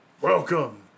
Welcome